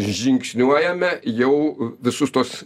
žingsniuojame jau visus tuos